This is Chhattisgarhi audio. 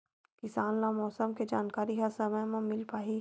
किसान ल मौसम के जानकारी ह समय म मिल पाही?